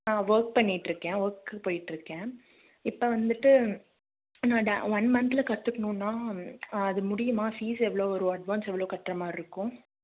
ஆ work பண்ணிகிட்டு இருக்கேன் ஒர்க்குக்கு போய்கிட்டு இருக்கேன் இப்போ வந்துவிட்டு இன்னும் ட ஒன் மந்த்தில் கற்றுக்குணும்னா அது முடியுமா ஃபீஸ் எவ்வளோ வரும் அட்வான்ஸ் எவ்வளோ கட்டுற மாதிரி இருக்கும்